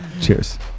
cheers